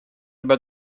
about